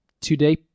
today